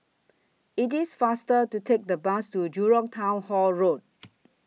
IT IS faster to Take The Bus to Jurong Town Hall Road